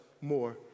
more